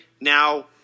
now